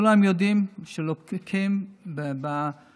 כולם יודעים שלוקים בשירות הציבורי.